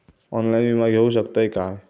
Online विमा घेऊ शकतय का?